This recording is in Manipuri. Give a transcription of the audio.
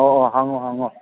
ꯑꯣ ꯍꯪꯉꯣ ꯍꯪꯉꯣ